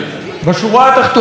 עמיתיי חברי הכנסת,